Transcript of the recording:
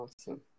Awesome